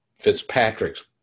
Fitzpatrick's